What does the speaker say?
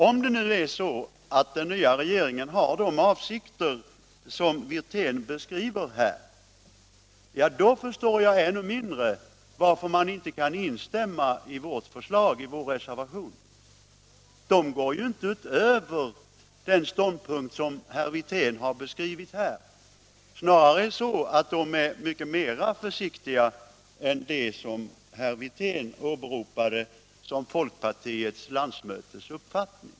Om det nu är så, att den nya regeringen har de avsikter som herr Wirtén beskriver här, då förstår jag ännu mindre varför man inte kan instämma i vår reservation. Våra förslag går ju inte utöver den ståndpunkt som herr Wirtén har beskrivit. Snarare är de mycket försiktigare än det som herr Wirtén åberopade som folkpartiets landsmötes uppfattning.